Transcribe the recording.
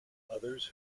others